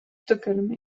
stockholm